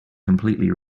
completely